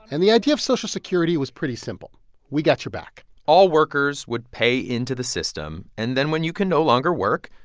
and the idea of social security was pretty simple we got your back all workers would pay into the system, and then when you can no longer work,